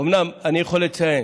אומנם, אני יכול לציין